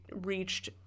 reached